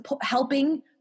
helping